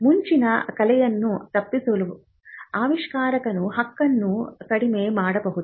ಮುಂಚಿನ ಕಲೆಯನ್ನು ತಪ್ಪಿಸಲು ಆವಿಷ್ಕಾರಕನು ಹಕ್ಕನ್ನು ಕಡಿಮೆ ಮಾಡಬಹುದು